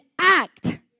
act